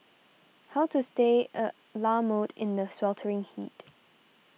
how to stay a la mode in the sweltering heat